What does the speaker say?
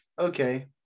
okay